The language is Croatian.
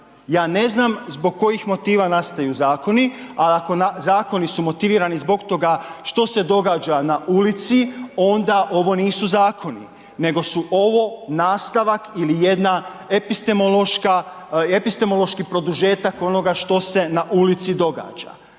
ja ne znam zbog kojih motiva nastaju zakoni, a ako zakoni su motivirani zbog toga što se događa na ulici, onda ovo nisu zakoni, nego su ovo nastavak ili jedna epistemološka, epistemološki produžetak onoga što se na ulici događa,